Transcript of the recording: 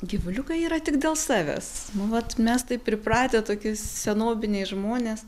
gyvuliukai yra tik dėl savęs vat mes taip pripratę toki senoviniai žmonės